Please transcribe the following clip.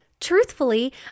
Truthfully